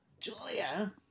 Julia